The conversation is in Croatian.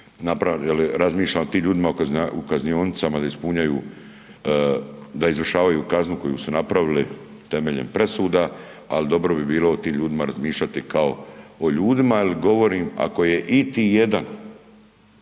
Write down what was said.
razmišljam o tim ljudima u kaznionicama da ispunjaju, da izvršavaju kaznu koju su napravili temeljem presuda, ali dobro bi bilo o tim razmišljati kao o ljudima jel govorim ako je iti jedan